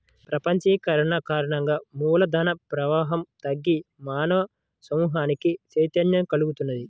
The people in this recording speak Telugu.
ప్రపంచీకరణ కారణంగా మూల ధన ప్రవాహం తగ్గి మానవ సమూహానికి చైతన్యం కల్గుతున్నది